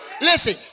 Listen